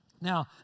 Now